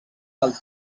del